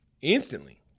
instantly